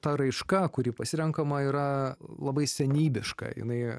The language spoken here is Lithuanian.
ta raiška kuri pasirenkama yra labai senybiška jinai